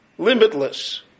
Limitless